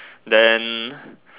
then